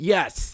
Yes